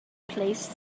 placed